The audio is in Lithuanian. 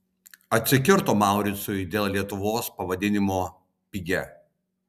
atsikirto mauricui dėl lietuvos pavadinimo pigia